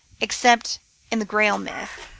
except in the grail myth,